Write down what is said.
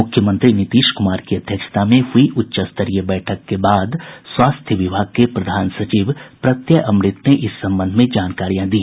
मुख्यमंत्री नीतीश कुमार की अध्यक्षता में हुई उच्चस्तरीय बैठक के बाद स्वास्थ्य विभाग के प्रधान सचिव प्रत्यय अमृत ने इस संबंध में जानकारियां दी